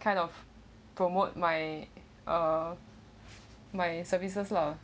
kind of promote my uh my services lah